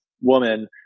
woman